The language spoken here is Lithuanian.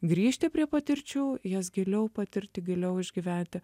grįžti prie patirčių jas giliau patirti giliau išgyventi